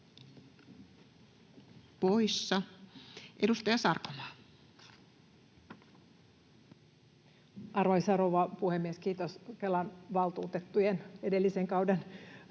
poissa. — Edustaja Sarkomaa. Arvoisa rouva puhemies! Kiitos Kelan edellisen kauden